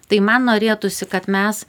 tai man norėtųsi kad mes